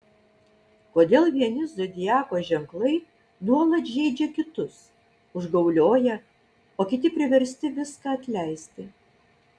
kodėl vieni zodiako ženklai nuolat žeidžia kitus užgaulioja o kiti priversti viską atleisti